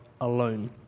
alone